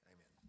Amen